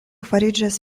fariĝas